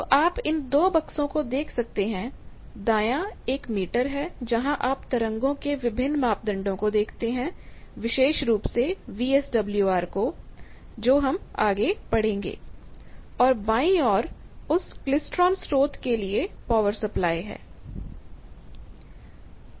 तो आप इन दो बक्सों को देख सकते हैं दायां एक मीटर है जहां आप तरंगों के विभिन्न मापदंडों को देखते हैं विशेष रूप से वीएसडब्ल्यूआर को जो हम आगे बढ़ेंगे और बाईं ओर उस क्लेस्ट्रॉन स्रोत के लिए पावर सप्लाई है